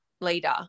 leader